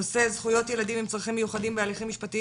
הנושא: זכויות ילדים עם צרכים מיוחדים בהליכים משפטיים